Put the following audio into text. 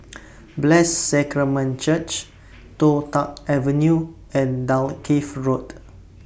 Blessed Sacrament Church Toh Tuck Avenue and Dalkeith Road